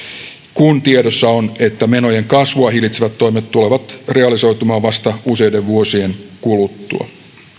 kun tiedossa on että menojen kasvua hillitsevät toimet tulevat realisoitumaan vasta useiden vuosien kuluttua